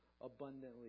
abundantly